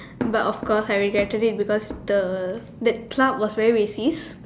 but of course I regretted it because the the club was very racist